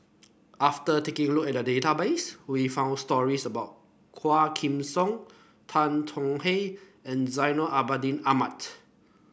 after taking a look at the database we found stories about Quah Kim Song Tan Tong Hye and Zainal Abidin Ahmad